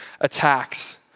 attacks